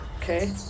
Okay